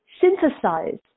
synthesize